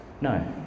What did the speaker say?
No